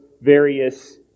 various